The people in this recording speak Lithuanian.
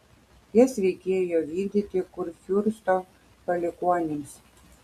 jas reikėjo vykdyti kurfiursto palikuonims